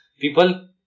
people